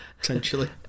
Potentially